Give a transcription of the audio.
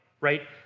right